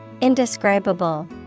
indescribable